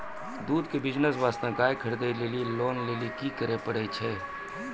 दूध के बिज़नेस वास्ते गाय खरीदे लेली लोन लेली की करे पड़ै छै?